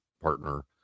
partner